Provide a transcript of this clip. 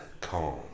calm